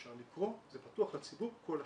אפשר לקרוא, זה פתוח לציבור כל השנים.